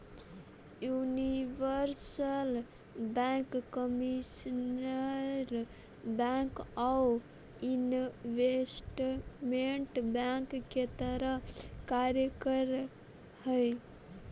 universal bank commercial bank आउ investment bank के तरह कार्य कर हइ